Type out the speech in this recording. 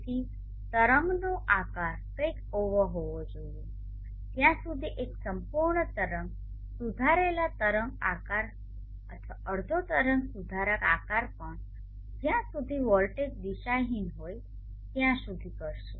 તેથી તરંગનો આકાર કંઈક આવો હોવો જોઈએ ત્યાં સુધી એક સંપૂર્ણ તરંગ સુધારેલા તરંગ આકાર અથવા અડધો તરંગ સુધારક આકાર પણ જ્યાં સુધી વોલ્ટેજ દિશાહિન હોય ત્યાં સુધી કરશે